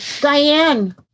Diane